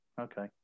Okay